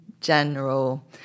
general